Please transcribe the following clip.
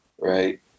Right